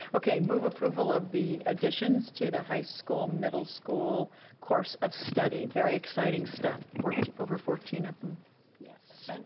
okay, move approval of the additions to the high school middle school course of study, very exciting stuff. over fourteen of them yeah said.